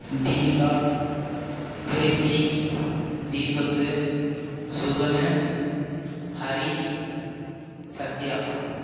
Deepika Preethi Deepak Sudhan Hari Sathya